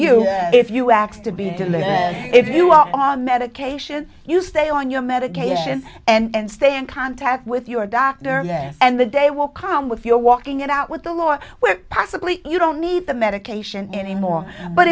live if you are on medication you stay on your medications and stay in contact with your doctor and the day will come with your walking it out with the law well possibly you don't need the medication anymore but